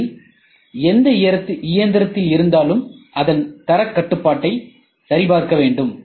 C யில் எந்த இயந்திரத்தில் இருந்தாலும் அதன் தரக் கட்டுப்பாட்டைச் சரிபார்க்க வேண்டும்